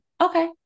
okay